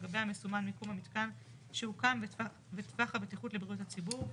גביה מסומן מיקום המיתקן שהוקם וטווח הבטיחות לבריאות הציבור.